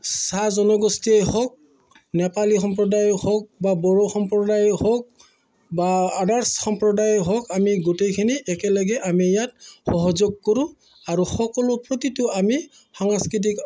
চাহ জনগোষ্ঠীয়ে হওক নেপালী সম্প্ৰদায় হওক বা বড়ো সম্প্ৰদায় হওক বা আদাৰ্ছ সম্প্ৰদায় হওক আমি গোটেইখিনি একেলগে আমি ইয়াত সহযোগ কৰোঁ আৰু সকলো প্ৰতিটো আমি সাংস্কৃতিক